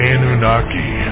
Anunnaki